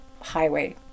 highway